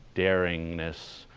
daringness,